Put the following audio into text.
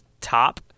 top